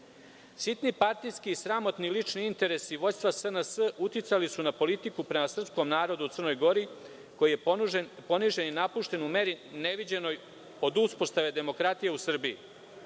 Sitni partijski i sramotni lični interesi vođstva SNS uticali su na politiku prema srpskom narodnu u Crnoj Gori, koji je ponižen i napušten u meri neviđenoj od uspostave demokratije u Srbiji.“